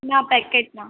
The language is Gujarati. ના પૅકેટમાં